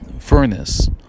furnace